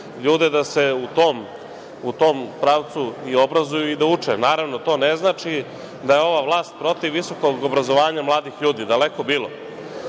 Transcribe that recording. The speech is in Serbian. da se u tom pravcu i obrazuju i da uče. Naravno, to ne znači da je ova vlast protiv visokog obrazovanja mladih ljudi, daleko bilo.